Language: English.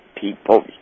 people